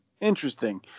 interesting